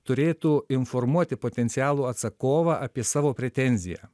turėtų informuoti potencialų atsakovą apie savo pretenziją